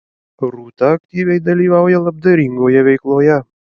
rūta aktyviai dalyvauja labdaringoje veikloje